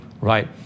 right